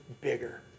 bigger